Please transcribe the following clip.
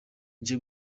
nje